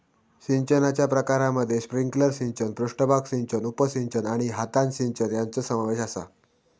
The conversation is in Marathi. सिंचनाच्या प्रकारांमध्ये स्प्रिंकलर सिंचन, पृष्ठभाग सिंचन, उपसिंचन आणि हातान सिंचन यांचो समावेश आसा